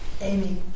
Amy